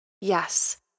Yes